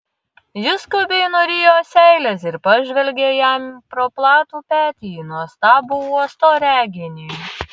ji skubiai nurijo seiles ir pažvelgė jam pro platų petį į nuostabų uosto reginį